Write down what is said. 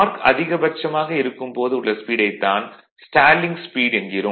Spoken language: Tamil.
டார்க் அதிகபட்சமாக இருக்கும் போது உள்ள ஸ்பீடைத் தான் ஸ்டாலிங் ஸ்பீட் என்கிறோம்